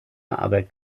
aber